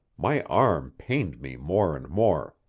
my arm pained me more and more.